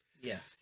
Yes